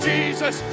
Jesus